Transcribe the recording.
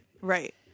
right